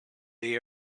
the